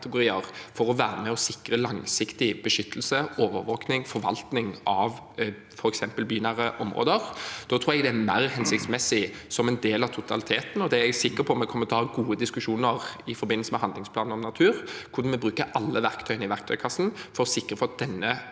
for å være med og sikre langsiktig beskyttelse, overvåkning og forvaltning av f.eks. bynære områder. Da tror jeg det er mer hensiktsmessig som en del av totaliteten, og det er jeg sikker på at vi kommer til å ha gode diskusjoner om i forbindelse med handlingsplanen om natur – hvordan vi bruker alle verktøyene i verktøykassen for å sikre at denne